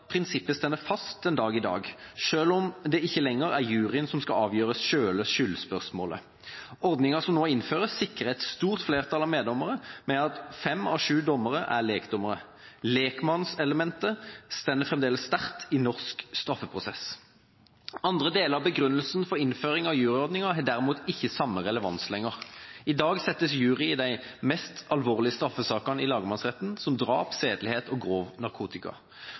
prinsippet står fast den dag i dag, selv om det ikke lenger er juryen som skal avgjøre selve skyldspørsmålet. Ordningen som nå innføres, sikrer et stort flertall av meddommere ved at fem av sju dommere er lekdommere. Lekmannselementet står fremdeles sterkt i norsk straffeprosess. Andre deler av begrunnelsen for innføring av juryordningen har derimot ikke samme relevans lenger. I dag settes en jury i de mest alvorlige straffesakene i lagmannsretten, som drap, sedelighet og grov narkotika.